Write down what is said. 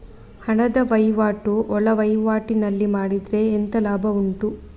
ಹಣದ ವಹಿವಾಟು ಒಳವಹಿವಾಟಿನಲ್ಲಿ ಮಾಡಿದ್ರೆ ಎಂತ ಲಾಭ ಉಂಟು?